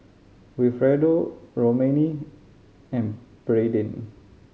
Wilfredo Romaine and Brayden